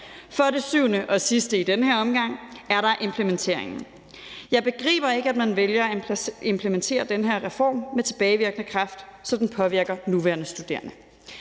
For det syvende og som det sidste i den her omgang er der implementeringen. Jeg begriber ikke, at man vælger at implementere den her reform med tilbagevirkende kraft, så den påvirker nuværende studerende.